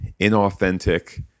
inauthentic